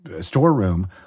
storeroom